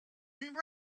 and